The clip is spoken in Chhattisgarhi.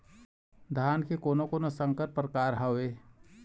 धान के कोन कोन संकर परकार हावे?